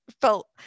felt